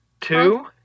two